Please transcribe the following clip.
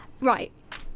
Right